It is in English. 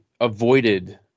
avoided